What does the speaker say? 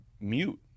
mute